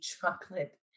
chocolate